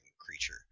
creature